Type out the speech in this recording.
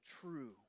true